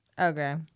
Okay